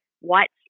white